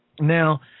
Now